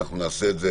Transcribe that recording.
אנחנו נעשה את זה